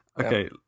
Okay